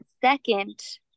Second